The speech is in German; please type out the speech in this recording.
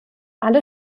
alle